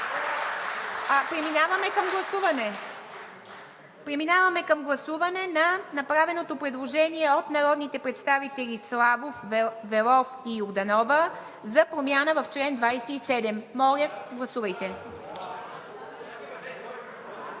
Преминаваме към гласуване на направеното предложение от народните представители Славов, Велов и Йорданова за промяна в чл. 27. (Реплики от